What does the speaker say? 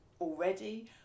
already